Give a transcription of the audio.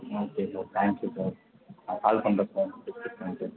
okay sir thank you sir நான் call பண்ணுறேன் sir thank you